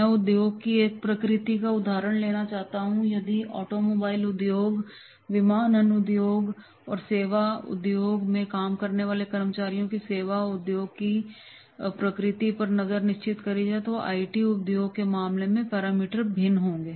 मैं उद्योग की एक प्रकृति का उदाहरण लेना चाहता हूं यदि ऑटो मोबाइल उद्योग विमानन उद्योग और सेवा उद्योग में काम करने वाले कर्मचारियों की सेवा उद्योग की प्रकृति पर नजर है तो निश्चित रूप से आईटी उद्योग के मामले में पैरामीटर भिन्न होंगे